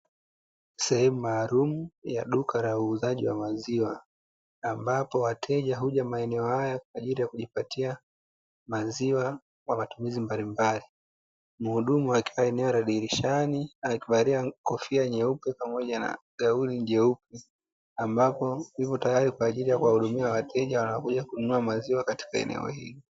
Sehemu maalumu duka ya uuzaji wa maziwa ambapo wateja huja maeneo haya kwa ajili ya kujipatia maziwa kwa matumizi mbalimbali. Muhudumu akiwa eneo la dirishani akivalia kofia nyeupe pamoja na gauni jeusi ambapo yupo tayari kwa ajili ya kuwahudumia wateja wanaokuja kununua maziwa katika eneo hili.